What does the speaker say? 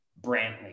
Brantley